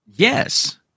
Yes